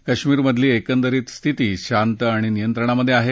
कश्मीरमधली एकंदर स्थिती शांत आणि नियंत्रणात आहे